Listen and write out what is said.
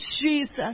Jesus